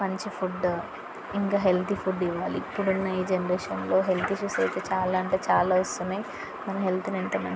మంచి ఫుడ్ ఇంకా healthy food ఇవ్వాలి ఇప్పుడున్న ఈ జనరేషన్లో హెల్త్ ఇష్యూస్ చాలా అయితే చాలా వస్తున్నాయి మనం హెల్త్ని ఎంత మం